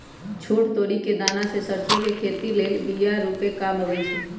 छोट तोरि कें दना से सरसो के खेती लेल बिया रूपे काम अबइ छै